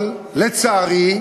אבל לצערי,